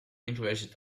interested